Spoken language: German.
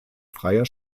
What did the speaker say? freier